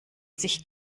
sich